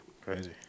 Crazy